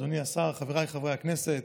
אדוני השר, חבריי חברי הכנסת,